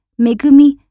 Megumi